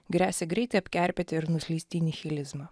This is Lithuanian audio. gresia greitai apkerpėti ir nuslysti į nihilizmą